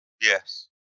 Yes